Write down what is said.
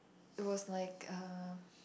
it was like uh